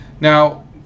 Now